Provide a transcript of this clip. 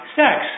sex